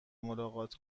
ملاقات